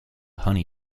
honey